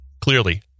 Clearly